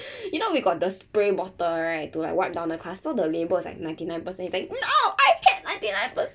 you know we've got the spray bottle right to like wiped down class so the label is like ninety nine percent he's like no I hate ninety nine percent